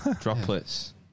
droplets